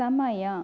ಸಮಯ